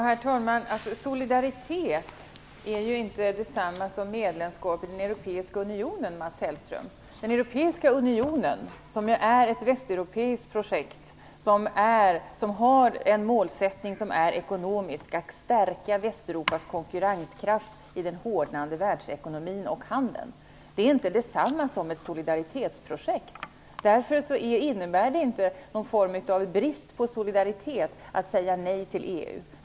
Herr talman! Solidaritet är ju inte detsamma som medlemskap i den europeiska unionen, Mats Hellström. Den europeiska unionen är ett västeuropeiskt projekt med målet att stärka Västeuropas konkurrenskraft i den hårdnande världsekonomin och handeln. Det är inte detsamma som ett solidaritetsprojekt. Därför innebär det inte någon form av brist på solidaritet att säga nej till EU.